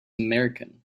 american